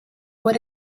what